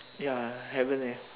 ya haven't leh